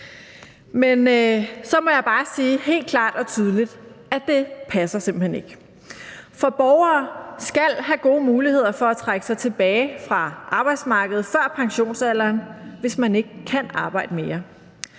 Men jeg må så bare sige helt klart og tydeligt, at det passer simpelt hen ikke, for borgere skal have gode muligheder for at trække sig tilbage fra arbejdsmarkedet før pensionsalderen, hvis de ikke kan arbejde mere,